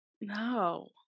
no